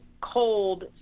cold